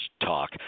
talk